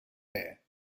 there